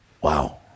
Wow